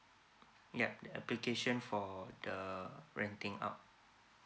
yup the application for the uh renting out